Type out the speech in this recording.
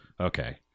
okay